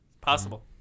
Possible